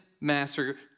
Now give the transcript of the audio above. master